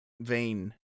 vein